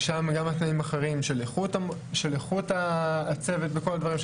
של איכות הצוות וכל הדברים.